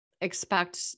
expect